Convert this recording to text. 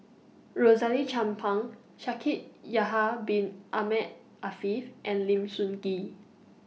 Rosaline Chan Pang Shaikh Yahya Bin Ahmed Afifi and Lim Sun Gee